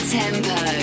tempo